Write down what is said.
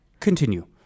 Continue